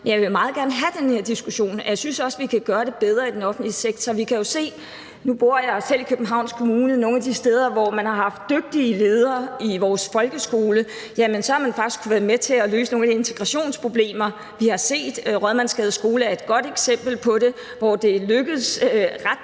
Jeg vil meget have den her diskussion, og jeg synes også, vi kan gøre det bedre i den offentlige sektor. Vi kan jo se – og nu bor jeg selv i Københavns Kommune – at nogle af de steder, hvor man har haft dygtige ledere i vores folkeskole, jamen så har man faktisk kunnet være med til at løse nogle af de integrationsproblemer, vi har set. Rådmandsgades Skole er et godt eksempel på det, hvor det er lykkedes ret